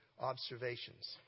observations